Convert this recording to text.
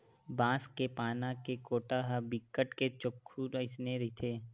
बांस के पाना के कोटा ह बिकट के चोक्खू अइसने रहिथे